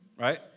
Right